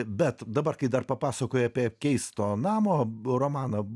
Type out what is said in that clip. bet dabar kai dar papasakojai apie keisto namo romaną